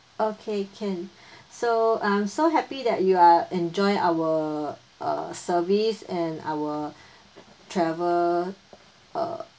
okay can so I'm so happy that you are enjoy our uh service and our travel uh